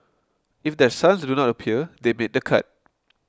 if their sons do not appear they made the cut